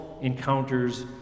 encounters